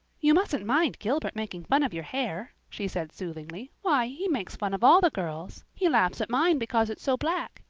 you mustn't mind gilbert making fun of your hair, she said soothingly. why, he makes fun of all the girls. he laughs at mine because it's so black.